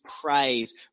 praise